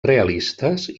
realistes